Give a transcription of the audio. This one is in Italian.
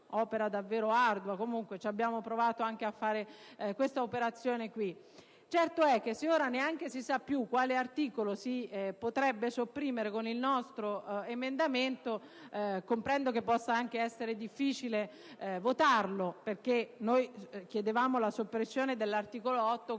Certo è che se ora neanche si sa più quale articolo si potrebbe sopprimere con il nostro emendamento, comprendo che possa essere anche difficile votarlo. Noi infatti chiedevamo la soppressione dell'articolo 8,